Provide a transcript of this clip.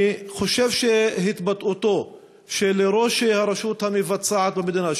אני חושב שהתבטאותו של ראש הרשות המבצעת במדינה,